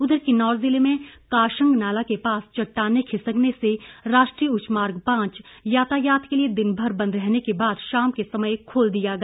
उधर किन्नौर जिले में काशंगनाला के पास चट़टाने खिसकने से राष्ट्रीय उच्च मार्ग पांच यातायात के लिए दिन भर बंद रहने के बाद शाम के समय खोल दिया गया